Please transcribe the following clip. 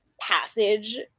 passage